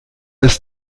ist